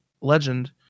legend